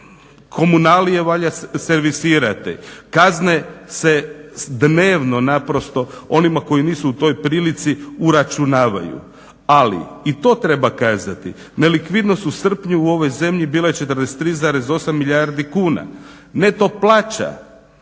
komunalije valja servisirati, kazne se dnevno naprosto onima koji nisu u toj prilici uračunavaju ali i to treba kazati nelikvidnost u srpnju u ovoj zemlji bila je 43,8 milijardi kuna, neto plaća